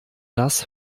das